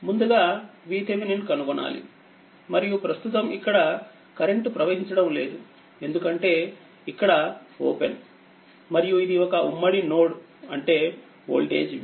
ముందుగా VThevenin కనుగొనాలి మరియు ప్రస్తుతం ఇక్కడ కరెంట్ ప్రవహించడం లేదు ఎందుకంటే ఇక్కడ ఓపెన్మరియు ఇదిఒక ఉమ్మడి నోడ్ అంటే ఓల్టేజిV